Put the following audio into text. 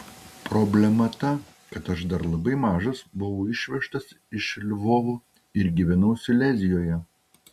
problema ta kad aš dar labai mažas buvau išvežtas iš lvovo ir gyvenau silezijoje